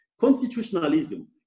constitutionalism